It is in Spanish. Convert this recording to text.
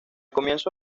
comienzo